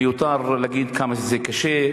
מיותר להגיד כמה שזה קשה,